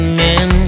men